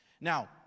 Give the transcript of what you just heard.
Now